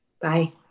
Bye